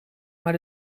maar